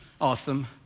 awesome